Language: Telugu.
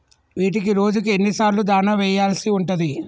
వీటికి రోజుకు ఎన్ని సార్లు దాణా వెయ్యాల్సి ఉంటది?